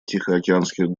тихоокеанских